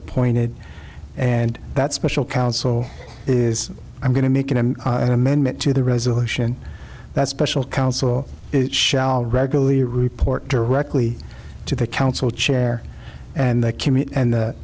appointed and that special counsel is i'm going to make an amendment to the resolution that special counsel shall regularly report directly to the counsel chair and the